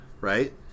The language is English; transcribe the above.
Right